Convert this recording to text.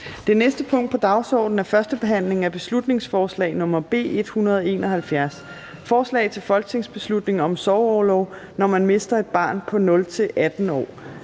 Det næste punkt på dagsordenen er: 17) 1. behandling af beslutningsforslag nr. B 171: Forslag til folketingsbeslutning om sorgorlov, når man mister et barn på 0-18 år